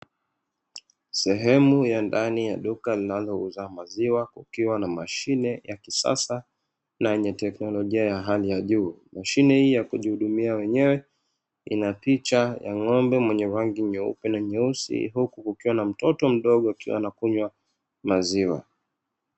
Sehemu ya ndani ya duka linalouza maziwa kukiwa na mashine ya kisasa na yenye teknolojia ya hali ya juu. Mashine hii ya kujihudumia mwenyewe ina picha ya ng'ombe mwenye rangi nyeupe na nyeusi huku ikiwa na mtoto mdogo akiwa anakunywa maziwa.